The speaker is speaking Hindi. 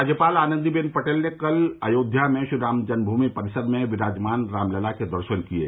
राज्यपाल आनन्दीबेन पटेल ने कल अयोध्या में श्रीराम जन्म भूमि परिसर में विराजमान रामलला के दर्शन किये